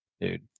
Dude